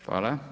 Hvala.